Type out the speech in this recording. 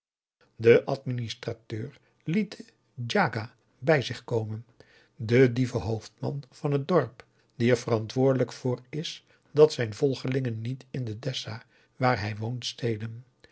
de administrateur liet den djg bij zich komen den dieven hoofdman van het dorp die er verantwoordelijk voor is dat zijn volgelingen niet in de dessa waar hij woont stelen